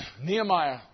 Nehemiah